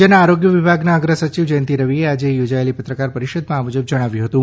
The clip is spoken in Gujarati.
રાજયના આરોગ્ય વિભાગના અગ્રસચિવ જયંતિ રવિએ આજે યોજાયેલી પત્રકાર પરિષદમાં આ મુજબ જણાવ્યું હતું